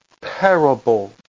parable